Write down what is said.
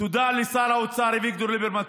תודה לשר האוצר אביגדור ליברמן,